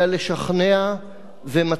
ומתי אינך יודע לשכנע,